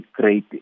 Great